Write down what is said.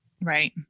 right